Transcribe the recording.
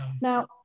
Now